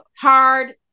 hard